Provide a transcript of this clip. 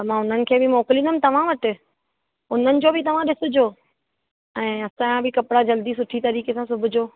त मां उन्हनि खे बि मोकिलींदमि तव्हां वटि उन्हनि जो बि तव्हां ॾिसिजो ऐं असांजा बि कपिड़ा जल्दी सुठी तरीक़े सां सिबिजो